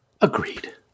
Agreed